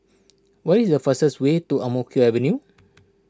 what is the fastest way to Ang Mo Kio Avenue